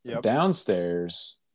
Downstairs